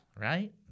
right